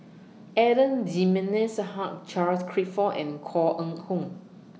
Adan Jimenez Hugh Charles Clifford and Koh Eng Hoon